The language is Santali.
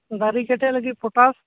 ᱫᱟᱨᱮ ᱠᱮᱴᱮᱡ ᱞᱟᱹᱜᱤᱫ ᱯᱚᱴᱟᱥ